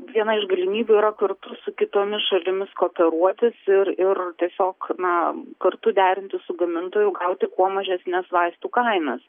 viena iš galimybių yra kartu su kitomis šalimis kooperuotis ir ir tiesiog na kartu derinti su gamintoju gauti kuo mažesnes vaistų kainas